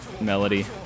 melody